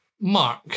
Mark